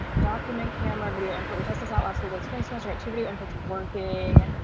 document camera video and probably test us out last week of spring semester activity on what's working